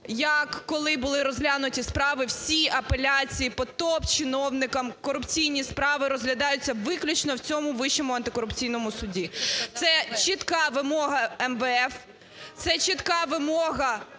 як, коли були розглянуті справи, всі апеляції по топ-чиновникам, корупційні справи розглядаються виключно в цьому Вищому антикорупційному суді. Це чітка вимога ВМФ. Це чітка вимога